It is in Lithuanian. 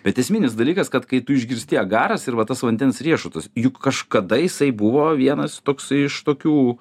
bet esminis dalykas kad kai tu išgirsti agaras ir va tas vandens riešutus juk kažkada jisai buvo vienas toks iš tokių